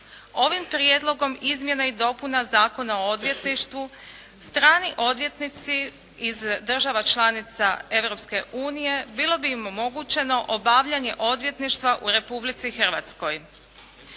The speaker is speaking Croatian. Ovim prijedlogom izmjena i dopuna Zakona o odvjetništvu strani odvjetnici iz država članica Europske unije bilo bi im omogućeno obavljanje odvjetništva u Republici Hrvatskoj.